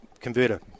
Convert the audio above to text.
converter